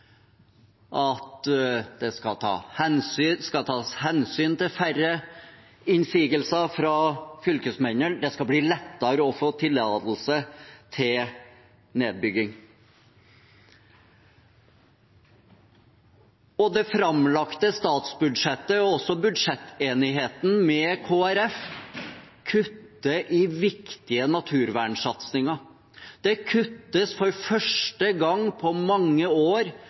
det skal tas hensyn til færre innsigelser fra fylkesmennene, og det skal bli lettere å få tillatelse til nedbygging. Det framlagte statsbudsjettet og også budsjettenigheten med Kristelig Folkeparti kutter i viktige naturvernsatsinger. Det kuttes for første gang på mange år